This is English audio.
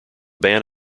band